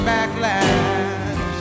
Backlash